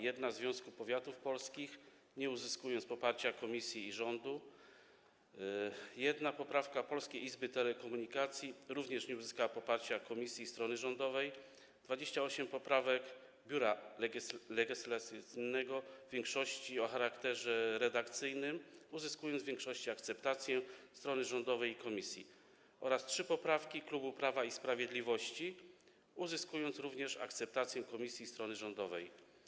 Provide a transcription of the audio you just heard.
Jedna Związku Powiatów Polskich - nie uzyskała poparcia komisji i rządu, jedna poprawka polskiej izby telekomunikacji - również nie uzyskała poparcia komisji i strony rządowej, 28 poprawek Biura Legislacyjnego, w większości o charakterze redakcyjnym - uzyskało w większości akceptację strony rządowej i komisji, oraz trzy poprawki klubu Prawa i Sprawiedliwości - również uzyskały akceptację komisji i strony rządowej.